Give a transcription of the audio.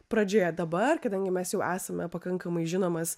pradžioje dabar kadangi mes jau esame pakankamai žinomas